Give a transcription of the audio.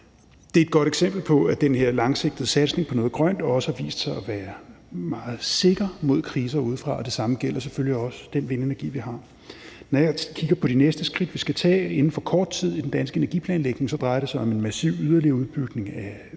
Det er et godt eksempel på, at den her langsigtede satsning på noget grønt også har vist sig at være meget sikker mod kriser udefra. Og det samme gælder selvfølgelig også den vindenergi, vi har. Når jeg kigger på de næste skridt, vi inden for kort tid skal tage i den danske energiplanlægning, drejer det sig om en massiv yderligere udbygning af vindkapaciteten,